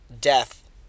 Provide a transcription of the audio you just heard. death